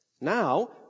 Now